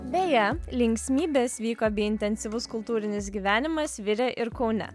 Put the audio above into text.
beje linksmybės vyko bei intensyvus kultūrinis gyvenimas virė ir kaune